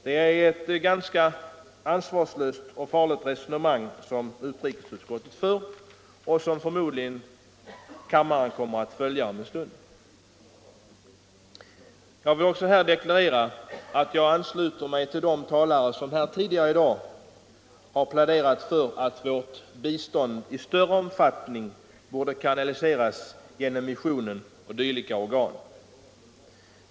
Det är ett ganska ansvarslöst och farligt resonemang som utrikesutskottet för och som kammaren förmodligen kommer att ansluta sig till om en stund. Jag vill också deklarera att jag instämmer med de talare som tidigare i dag har pläderat för att vårt bistånd i större omfattning borde kanaliseras genom missionen och liknande organ.